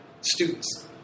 students